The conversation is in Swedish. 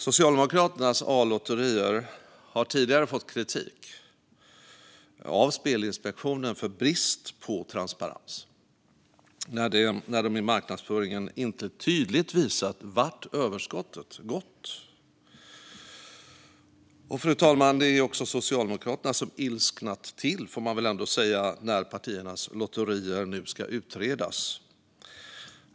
Socialdemokraternas A-lotterier har tidigare fått kritik från Spelinspektionen för brist på transparens då de i marknadsföringen inte tydligt har visat vart överskottet går. Fru talman! Det är Socialdemokraterna som har ilsknat till när partiernas lotterier nu ska utredas.